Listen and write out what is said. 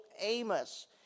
Amos